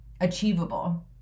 Achievable